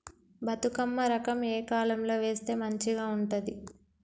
బతుకమ్మ రకం ఏ కాలం లో వేస్తే మంచిగా ఉంటది?